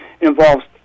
involves